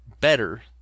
better